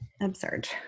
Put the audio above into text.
absurd